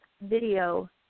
video